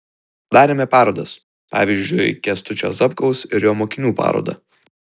darėme parodas pavyzdžiui kęstučio zapkaus ir jo mokinių parodą